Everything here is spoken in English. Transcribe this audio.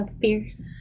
fierce